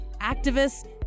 activists